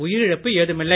உயிரிழப்பு ஏதுமில்லை